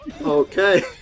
Okay